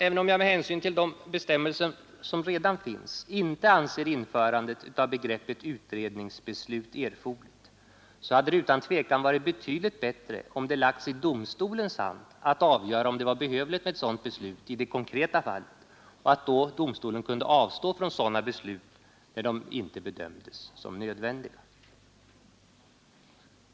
Även om jag med hänsyn till de bestämmelser som redan finns inte anser införandet av begreppet utredningsbeslut erforderligt, hade det utan tvivel varit betydligt bättre om det lagts i domstolens hand att avgöra om det var behövligt med ett sådant beslut i det konkreta fallet och att då domstolen kunde avstå från sådana beslut när de inte bedömdes som nödvändiga.